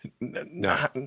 No